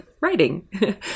writing